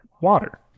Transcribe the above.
water